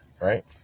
right